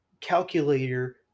calculator